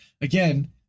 Again